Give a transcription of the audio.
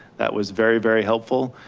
that was very, very helpful.